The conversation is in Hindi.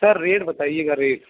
सर रेट बताइएगा रेट